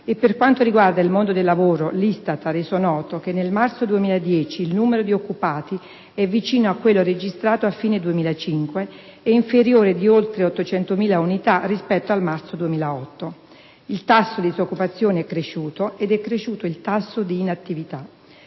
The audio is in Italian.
e, per quanto riguarda il mondo del lavoro, l'ISTAT ha reso noto che, nel marzo 2010, il numero di occupati è vicino a quello registrato a fine 2005 e inferiore di oltre 800.000 unità rispetto al marzo 2008. Il tasso di disoccupazione è cresciuto ed è cresciuto il tasso di inattività.